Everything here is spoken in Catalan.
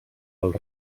els